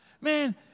Man